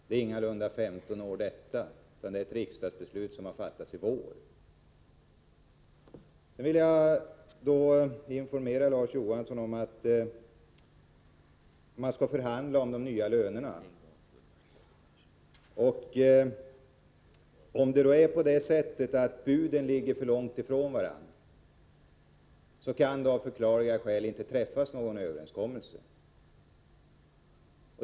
Det är ingalunda 15 år — riksdagsbeslutet har fattats i år. Sedan vill jag informera Larz Johansson om att man skall förhandla om de nya lönerna. Om buden ligger för långt ifrån varandra kan det av förklarliga skäl inte träffas någon överenskommelse.